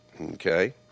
okay